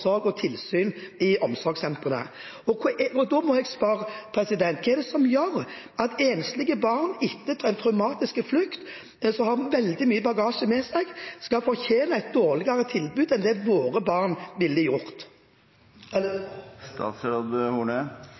og tilsyn i omsorgssentrene. Da må jeg spørre: Hva er det som gjør at enslige barn etter en traumatisk flukt, og som har veldig mye bagasje med seg, skal fortjene et dårligere tilbud enn det våre barn ville